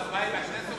ההצבעה היא בכנסת או